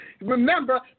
Remember